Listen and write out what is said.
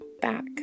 back